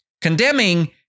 condemning